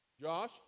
Josh